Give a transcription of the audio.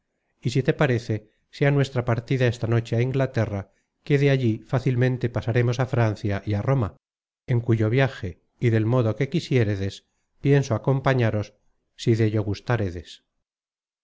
y si te parece sea nuestra partida esta noche á inglaterra que de allí fácilmente pasaremos á francia y á roma en cuyo viaje y del modo que quisiéredes pienso acompañaros si dello